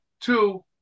two